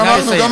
נא לסיים.